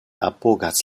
apogas